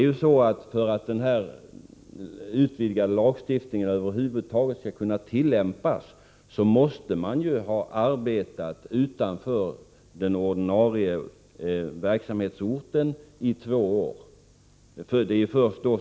För att denna utvidgade lagstiftning över huvud taget skall kunna tillämpas måste man ha arbetat utanför den ordinarie verksamhetsorten i två år.